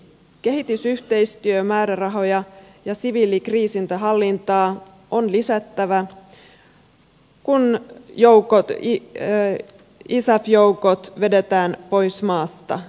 kehitysyhteistyömäärärahoja ja siviilikriisinhallintaa on lisättävä kun isaf joukot vedetään pois maasta